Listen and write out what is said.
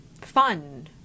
fun